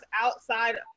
outside